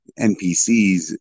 npcs